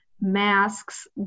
masks